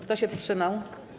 Kto się wstrzymał?